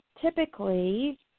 typically